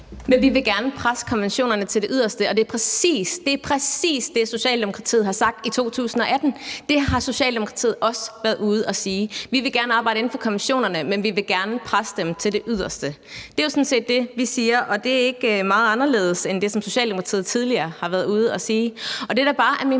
Men vi vil gerne presse konventionerne til det yderste, og det er præcis – præcis! – det, Socialdemokratiet har sagt i 2018. Det har Socialdemokratiet også været ude at sige. Vi vil gerne arbejde inden for konventionerne, men vi vil gerne presse dem til det yderste. Det er jo sådan set det, vi siger, og det er ikke meget anderledes end det, som Socialdemokratiet tidligere har været ude at sige. Det, der bare er min